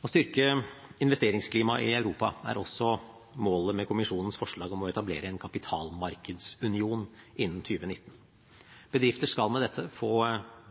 Å styrke investeringsklimaet i Europa er også målet med kommisjonens forslag om å etablere en kapitalmarkedsunion innen 2019. Bedrifter skal med dette få